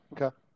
Okay